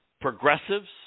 progressives